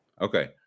Okay